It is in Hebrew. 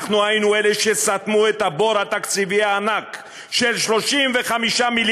אנחנו היינו אלה שסתמו את הבור התקציבי הענק של 35 מיליארד